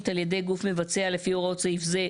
על ידי גוף מבצע לפי הוראות סעיף זה,